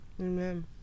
Amen